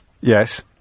Yes